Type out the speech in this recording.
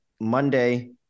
Monday